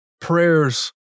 Prayers